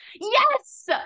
yes